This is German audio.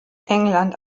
england